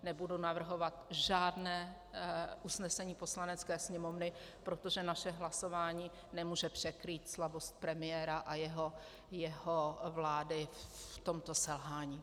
Nebudu navrhovat žádné usnesení Poslanecké sněmovny, protože naše hlasování nemůže překrýt slabost premiéra a jeho vlády v tomto selhání.